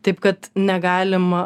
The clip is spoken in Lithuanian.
taip kad negalim